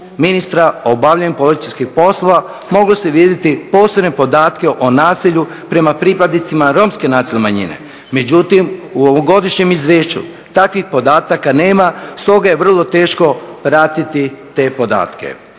ministra o obavljanju policijskih poslova mogu se vidjeti posebni podaci o nasilju prema pripadnicima Romske nacionalne manjine, međutim u ovogodišnjem izvješću takvih podataka nema, stoga je vrlo teško pratiti te podatke.